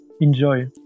Enjoy